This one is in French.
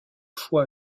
fois